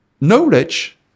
knowledge